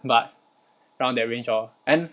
but around that range lor then